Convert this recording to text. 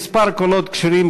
מספר הקולות הכשרים,